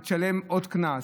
אתה תשלם עוד קנס.